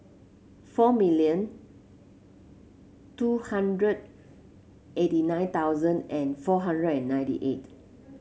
four million two hundred eighty nine thousand and four hundred and ninety eight